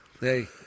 hey